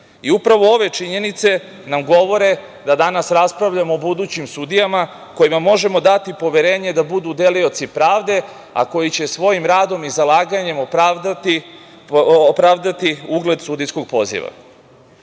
I upravo ove činjenice nam govore da danas raspravljamo o budućim sudijama kojima možemo dati poverenje da budu delioci pravde, a koji će svojim radom i zalaganjima opravdati ugled sudijskog poziva. Želeo